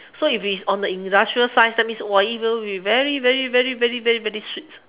so if is on the industrial size that means it will be very very very very very sweet